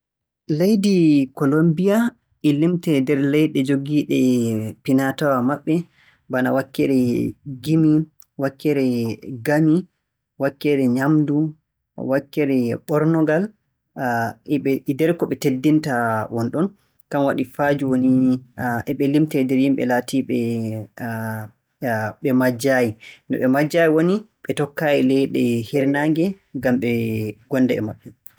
Leydi Kolommbiya e limtee nder leyɗe njogiiɗe finaa-tawaa maɓɓe bana wakkere gimi, wakkere ngami, wakkere nyaamndu, wakkere ɓornogal, e ɓe - e nder ko ɓe teddinta wonɗon kan waɗi faa jooni e ɓe limtee nder yimɓe ɓe majjaayi. No ɓe majjaayi woni, ɓe tokkaayi leyɗe hiirnaange ngam ɓe ngonnda e maaje.